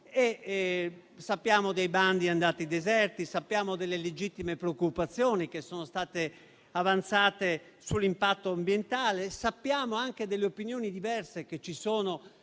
Sappiamo dei bandi andati deserti e delle legittime preoccupazioni che sono state avanzate sull'impatto ambientale. Sappiamo anche delle opinioni diverse che ci sono